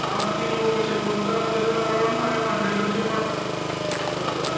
half kilo अशें करता जाल्यार अराउंड फायव्ह हंड्रेड कशे पडटा करपाक